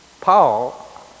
paul